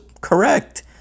correct